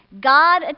God